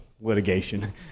litigation